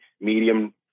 medium